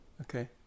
okay